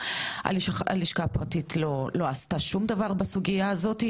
הלשכה הפרטית לא עשתה שום דבר בסוגייה הזאת,